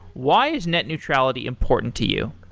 why is net neutrality important to you?